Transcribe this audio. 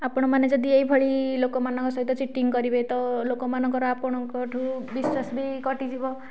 ଆପଣମାନେ ଯଦି ଏହିଭଳି ଲୋକମାନଙ୍କ ସହିତ ଚିଟିଙ୍ଗ କରିବେ ତ ଲୋକମାନଙ୍କର ଆପଣଙ୍କଠାରୁ ବିଶ୍ୱାସ ବି କଟିଯିବ